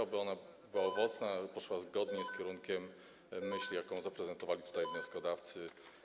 Oby ona była owocna, oby poszła zgodnie z kierunkiem myśli, jaką zaprezentowali wnioskodawcy.